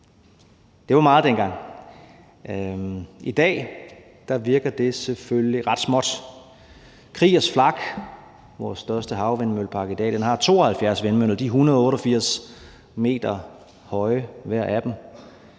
Det var meget dengang. I dag virker det selvfølgelig ret småt. Kriegers Flak, vores største havvindmøllepark i dag, har 72 vindmøller, og hver af dem